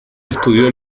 estudió